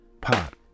pop